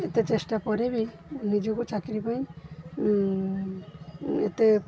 ଏତେ ଚେଷ୍ଟା ପରେ ବି ନିଜକୁ ଚାକିରି ପାଇଁ ଏତେ